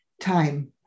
time